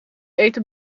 eten